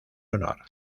honor